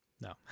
no